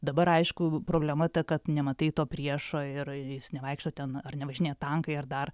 dabar aišku problema ta kad nematai to priešo ir jis nevaikšto ten ar nevažinėja tankai ar dar